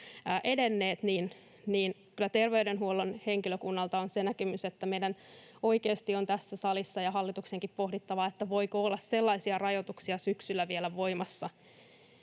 edennyt, niin kyllä terveydenhuollon henkilökunnalta on se näkemys, että meidän on oikeasti tässä salissa, ja hallituksenkin, pohdittava, voiko olla sellaisia rajoituksia syksyllä vielä voimassa,